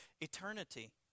eternity